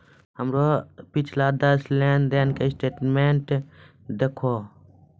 हमरो पिछला दस लेन देन के स्टेटमेंट देहखो